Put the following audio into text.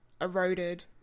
Eroded